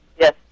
Yes